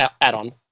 add-on